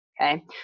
okay